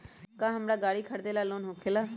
का हमरा गारी खरीदेला लोन होकेला?